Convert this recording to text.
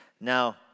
now